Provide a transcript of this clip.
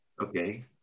Okay